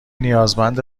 نیازمند